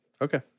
Okay